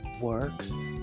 works